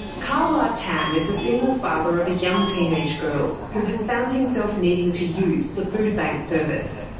ka wah tam is a single father of a young teenage girl who has found himself needing to use the foodbank service.